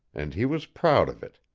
and he was proud of it.